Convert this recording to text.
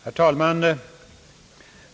Herr talman!